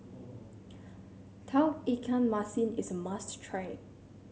Tauge Ikan Masin is a must try